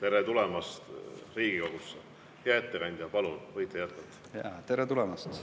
Tere tulemast Riigikogusse! Hea ettekandja, palun! Võite jätkata. Tere tulemast!